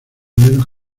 menos